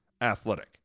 athletic